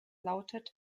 lautet